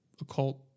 occult